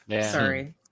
Sorry